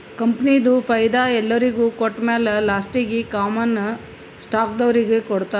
ಕಂಪನಿದು ಫೈದಾ ಎಲ್ಲೊರಿಗ್ ಕೊಟ್ಟಮ್ಯಾಲ ಲಾಸ್ಟೀಗಿ ಕಾಮನ್ ಸ್ಟಾಕ್ದವ್ರಿಗ್ ಕೊಡ್ತಾರ್